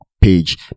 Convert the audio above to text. page